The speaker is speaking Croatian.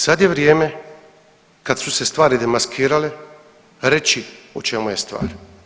Sad je vrijeme kad su se stvari demaskirale reći o čemu je stvar.